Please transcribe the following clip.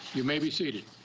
you may be seated.